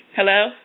Hello